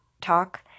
talk